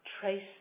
trace